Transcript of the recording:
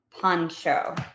poncho